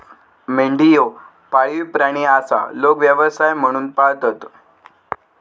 मेंढी ह्यो पाळीव प्राणी आसा, लोक व्यवसाय म्हणून पाळतत